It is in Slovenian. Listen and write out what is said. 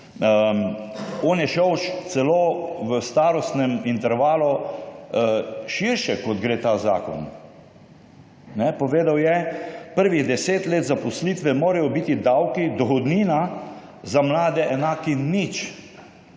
On je šel celo v starostnem intervalu širše, kot gre ta zakon. Povedal je, da prvih 10 let zaposlitve morajo biti davki, dohodnina, za mlade enaki nič.